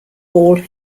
all